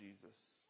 Jesus